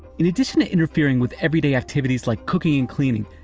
in addition to interfering with everyday activities like cooking and cleaning,